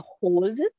hold